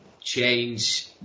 change